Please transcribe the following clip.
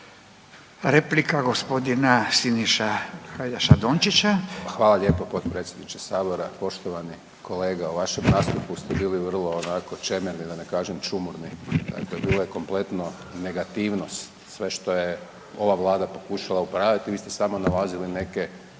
**Hajdaš Dončić, Siniša (SDP)** Hvala lijepo potpredsjedniče sabora. Poštovani kolega, u vašem nastupu ste bili vrlo onako čemerni da ne kažem čumurni, dakle bila je kompletno negativnost sve što je ova vlada pokušala upravit vi ste samo nalazili neke